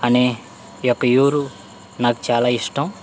అనే ఈ యొక్క ఊరు నాకు చాలా ఇష్టం